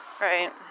right